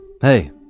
Hey